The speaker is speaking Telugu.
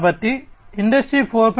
కాబట్టి ఇండస్ట్రీ 4